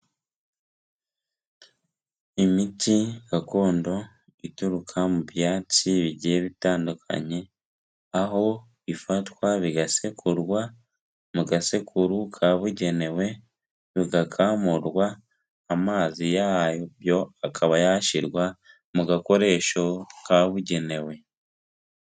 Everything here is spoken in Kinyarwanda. Imiti gakondo ituruka mu byatsi bigiye bitandukanye, aho bifatwa bigasekurwa mu gasekuru kabugenewe bigakamurwa, amazi yabyo akaba yashyirwa mu gakoresho kabugenewe.